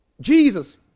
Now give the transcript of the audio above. Jesus